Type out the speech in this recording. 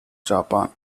japan